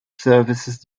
services